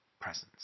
presence